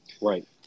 Right